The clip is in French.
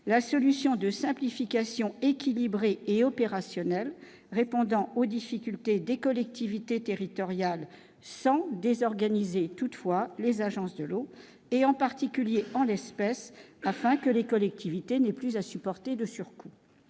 la solution de simplification équilibré et opérationnelle répondant aux difficultés des collectivités territoriales, sans désorganiser toutefois les agences de l'eau et en particulier en l'espèce, afin que les collectivités n'est plus à supporter de surcoût,